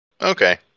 okay